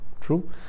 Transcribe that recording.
true